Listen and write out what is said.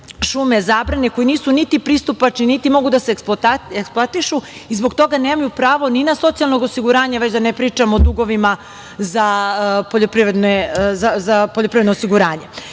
šume koje nisu niti pristupačne, niti mogu da se eksploatišu i zbog toga nemaju pravo ni na socijalno osiguranje, a da ne pričam o dugovima za poljoprivredno